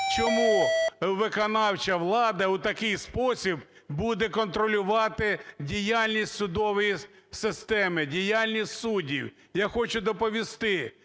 Чому виконавча влада у такий спосіб буде контролювати діяльність судової системи, діяльність суддів? Я хочу доповісти,